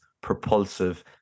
propulsive